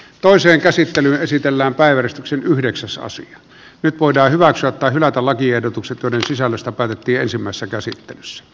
toisen käsittelyä esitellään päivystyksen yhdeksän suosi nyt voidaan hyväksyä tai hylätä lakiehdotukset joiden sisällöstä päätettiin ensimmäisessä käsittelyssä